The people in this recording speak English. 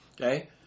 Okay